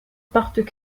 partent